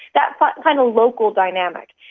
that but kind of local dynamic.